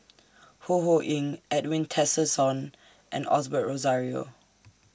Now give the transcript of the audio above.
Ho Ho Ying Edwin Tessensohn and Osbert Rozario